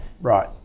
Right